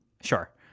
Sure